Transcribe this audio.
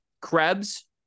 Krebs